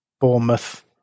Bournemouth